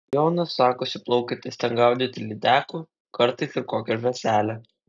jonas sakosi plaukiantis ten gaudyti lydekų kartais ir kokią žąselę